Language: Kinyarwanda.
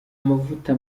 amavuta